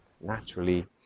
naturally